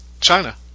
China